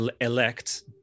elect